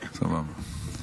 סבבה.